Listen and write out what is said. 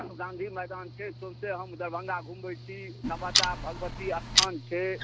गाँधी मैदान छै सौसे हम दरभङ्गा घुमबै छी नबादा भगबती स्थान छै